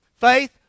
faith